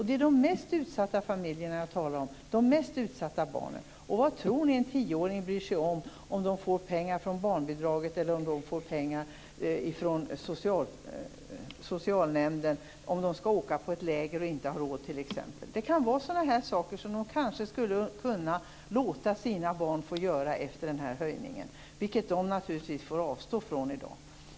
Det är de mest utsatta familjerna och barnen som jag talar om. Vad tror ni att en tioåring bryr sig om huruvida pengarna kommer från barnbidraget eller från socialnämnden, om han eller hon i annat fall inte har råd att åka på ett läger? Kanske kan det vara sådana saker som man skulle kunna låta sina barn göra efter den här höjningen men som man i dag naturligtvis får avstå från.